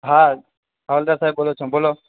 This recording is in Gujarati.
હા હવલદાર સાહેબ બોલું છું બોલો